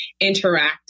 interact